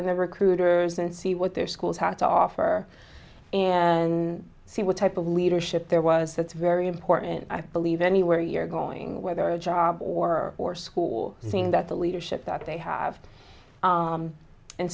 in the recruiters and see what their schools have to offer and see what type of leadership there was that's very important i believe anywhere you're going whether a job or or school thing that the leadership that they have